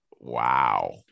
Wow